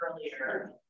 earlier